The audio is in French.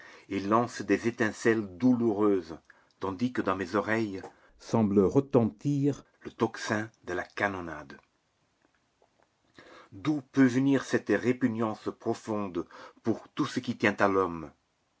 et lancent des étincelles douloureuses tandis que dans mes oreilles semble retentir le tocsin de la canonnade d'où peut venir cette répugnance profonde pour tout ce qui tient à l'homme